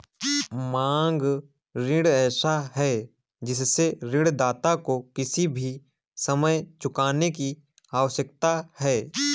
मांग ऋण ऐसा है जिससे ऋणदाता को किसी भी समय चुकाने की आवश्यकता है